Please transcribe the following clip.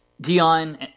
Dion